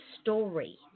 story